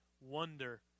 wonder